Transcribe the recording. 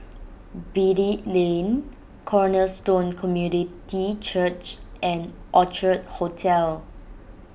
Beatty Lane Cornerstone Community Church and Orchard Hotel